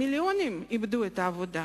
מיליונים איבדו את העבודה.